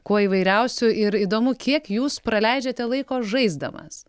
kuo įvairiausių ir įdomu kiek jūs praleidžiate laiko žaisdamas